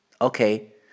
Okay